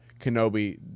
kenobi